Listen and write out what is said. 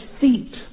feet